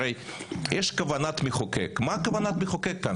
יש כוונת מחוקק, מה כוונת המחוקק כאן?